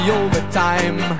overtime